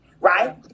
Right